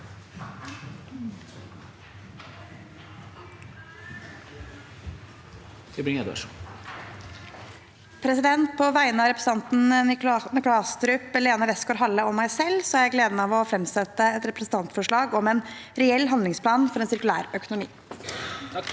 På vegne av representantene Nikolai Astrup, Lene WestgaardHalle og meg selv har jeg gleden av å fremsette et repre sentantforslag om en reell handlingsplan for sirkulær økonomi.